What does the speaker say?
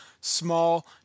small